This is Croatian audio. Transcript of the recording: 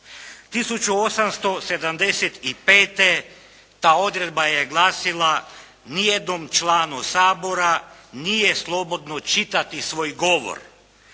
1875. ta odredba je glasila: "Ni jednom članu Sabora nije slobodno čitati svoj govor.".